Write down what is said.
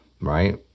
right